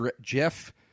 Jeff